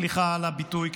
סליחה על הביטוי,